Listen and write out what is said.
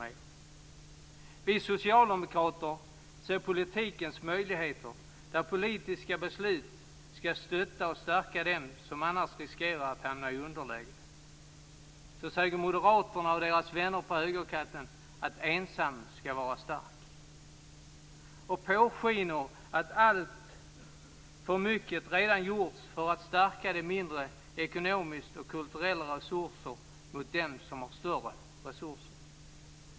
Medan vi socialdemokrater ser politikens möjligheter, där politiska beslut skall stötta och stärka dem som annars riskerar att hamna i underläge, så säger moderaterna och deras vänner på högerkanten att ensam skall vara stark och påskiner att alltför mycket redan gjorts för att stärka dem med mindre ekonomiska och kulturella resurser i förhållande till dem som har större resurser.